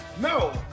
No